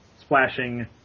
splashing